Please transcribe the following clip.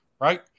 right